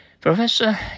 Professor